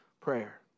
prayer